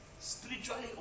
spiritually